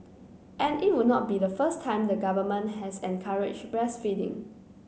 and it would not be the first time the government has encouraged breastfeeding